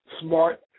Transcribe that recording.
smart